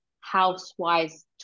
Housewives